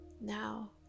Now